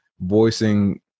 voicing